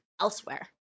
elsewhere